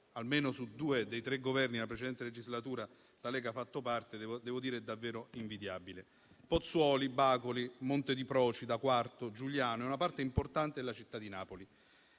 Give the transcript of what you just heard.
almeno due dei tre Governi della precedente legislatura devo dire che è davvero invidiabile. Pozzuoli, Bacoli, Monte di Procida, Quarto, Giugliano e una parte importante della città di Napoli: